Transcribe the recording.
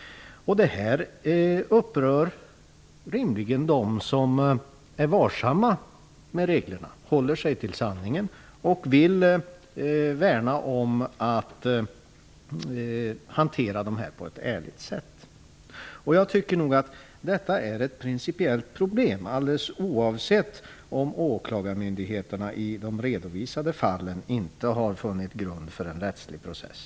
Det upprör rimligen dem som är varsamma med reglerna, håller sig till sanningen och vill värna om att hantera detta stöd på ett ärligt sätt. Detta är ett principiellt problem, alldeles oavsett om åklagarmyndigheterna i de redovisade fallen inte har funnit grund för en rättslig process.